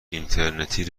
اینترنتی